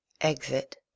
Exit